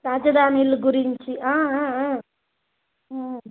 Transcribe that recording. రాజధానిల గురించి